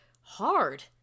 hard